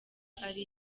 ari